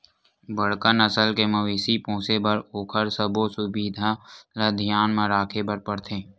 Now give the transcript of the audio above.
बड़का नसल के मवेशी पोसे बर ओखर सबो सुबिधा ल धियान म राखे बर परथे